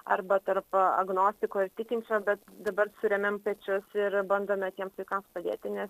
arba tarp agnostiko ir tikinčio bet dabar surėmėm pečius ir bandome tiems vaikams padėti nes